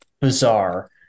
bizarre